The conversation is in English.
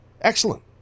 Excellent